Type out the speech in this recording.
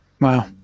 Wow